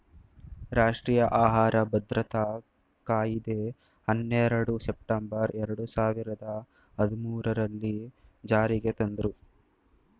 ರಾಷ್ಟ್ರೀಯ ಆಹಾರ ಭದ್ರತಾ ಕಾಯಿದೆ ಹನ್ನೆರಡು ಸೆಪ್ಟೆಂಬರ್ ಎರಡು ಸಾವಿರದ ಹದ್ಮೂರಲ್ಲೀ ಜಾರಿಗೆ ತಂದ್ರೂ